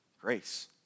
grace